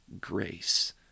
grace